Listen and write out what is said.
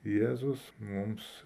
jėzus mums